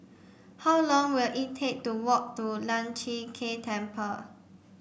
how long will it take to walk to Lian Chee Kek Temple